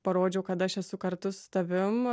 parodžiau kad aš esu kartu su tavim